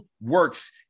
works